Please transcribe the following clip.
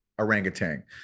orangutan